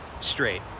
straight